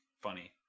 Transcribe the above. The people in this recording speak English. funny